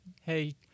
hey